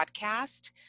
podcast